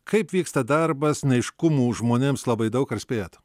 kaip vyksta darbas neaiškumų žmonėms labai daug ar spėjat